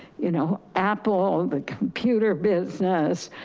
you know, apple, the computer business,